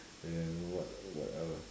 then what what else